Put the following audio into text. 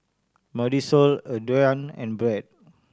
Marisol Adriane and Brad